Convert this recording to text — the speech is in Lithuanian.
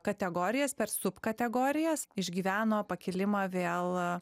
kategorijas subkategorijas išgyveno pakilimą vėl